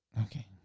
Okay